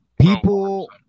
People –